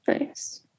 Nice